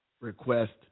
request